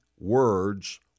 words